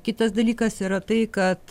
kitas dalykas yra tai kad